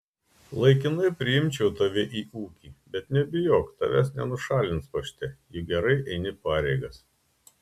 laikinai priimčiau tave į ūkį bet nebijok tavęs nenušalins pašte juk gerai eini pareigas